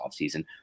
offseason